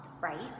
right